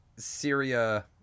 Syria